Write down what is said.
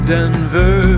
Denver